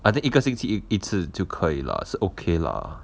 I think 一个星期一次就可以了是 okay lah